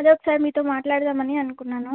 అదే ఒకసారి మీతో మాట్లాడదామని అనుకున్నాను